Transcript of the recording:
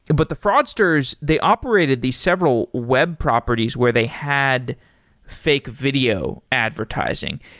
but the fraudsters, they operated these several web properties where they had fake video advertising.